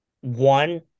one